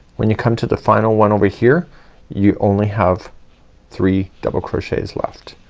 when you come to the final one over here you only have three double crochets left.